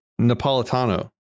Napolitano